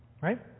right